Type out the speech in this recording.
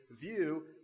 view